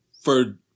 for-